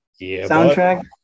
soundtrack